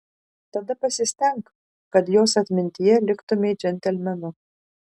tada pasistenk kad jos atmintyje liktumei džentelmenu